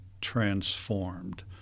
transformed